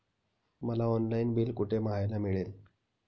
मला online bill कुठे पाहायला मिळेल?